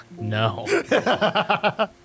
No